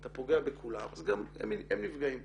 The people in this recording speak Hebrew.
אתה פוגע בכולם אז גם הם נפגעים.